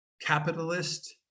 capitalist